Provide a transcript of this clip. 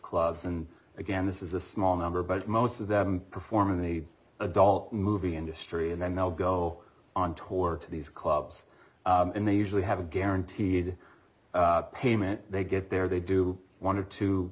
clubs and again this is a small number but most of them perform in the adult movie industry and then they'll go on tours to these clubs and they usually have a guaranteed payment they get there they do one or two